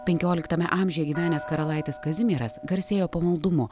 penkioliktame amžiuje gyvenęs karalaitis kazimieras garsėjo pamaldumu